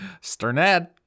sternad